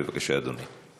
בבקשה, אדוני.